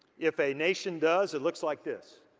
if a nation does, it looks like this.